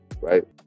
right